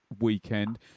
weekend